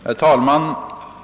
Herr talman!